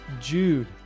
Jude